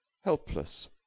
helpless